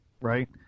right